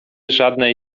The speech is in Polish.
żadnej